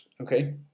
Okay